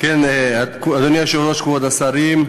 אדוני היושב-ראש, כבוד השרים,